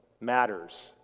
matters